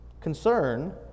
concern